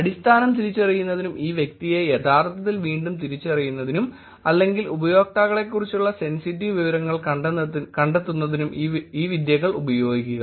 അടിസ്ഥാനം തിരിച്ചറിയുന്നതിനും ഈ വ്യക്തിയെ യഥാർത്ഥത്തിൽ വീണ്ടും തിരിച്ചറിയുന്നതിനും അല്ലെങ്കിൽ ഉപയോക്താക്കളെക്കുറിച്ചുള്ള സെൻസിറ്റീവ് വിവരങ്ങൾ കണ്ടെത്തുന്നതിനും ഈ വിദ്യകൾ ഉപയോഗിക്കുക